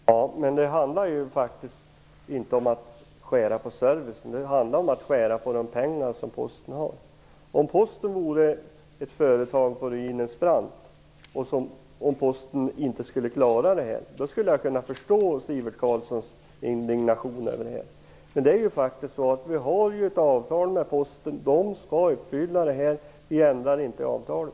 Fru talman! Men det handlar faktiskt inte om att skära ned servicen - det handlar om att skära ned de penninganslag Posten har. Om Posten vore ett företag på ruinens brant och inte skulle klara det här skulle jag kunna förstå Sivert Carlssons indignation. Men vi har ju ett avtal med Posten - man skall uppfylla det här; vi ändrar inte avtalet.